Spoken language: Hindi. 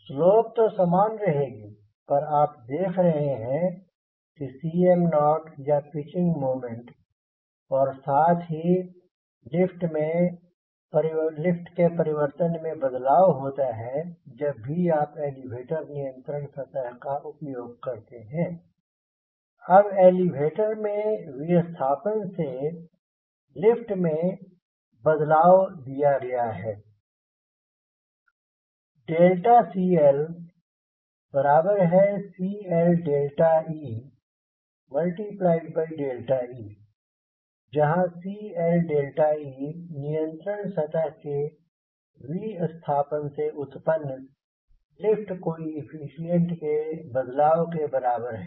स्लोप तो समान रहेगी पर आप देख रहे हैं कि Cm0 या पिचिंग मोमेंट और साथ ही लिफ्ट के परिवर्तन में बदलाव होता है जब भी आप एलीवेटर नियंत्रण सतह का उपयोग करते हैं अब एलीवेटर में विस्थापन से लिफ्ट में बदलाव दिया गया है CLCLee जहाँ CLe नियंत्रण सतह के विस्थापन से उत्पन्न लिफ्ट कोएफ़िशिएंट के बदलाव के बराबर है